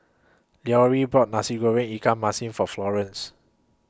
Leroy bought Nasi Goreng Ikan Masin For Florence